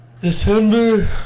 December